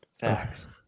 Facts